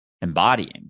embodying